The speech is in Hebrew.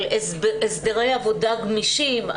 על הסדרי עבודה גמישים,